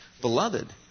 Beloved